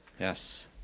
Yes